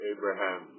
Abraham